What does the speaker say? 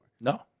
No